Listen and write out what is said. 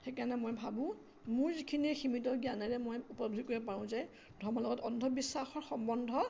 সেইকাৰণে মই ভাবোঁ মোৰ যিখিনি সীমিত জ্ঞানেৰে মই উপলব্ধি কৰিব পাৰোঁ যে ধৰ্মৰ লগত অন্ধবিশ্বাসৰ সম্বন্ধ